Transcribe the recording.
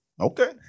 Okay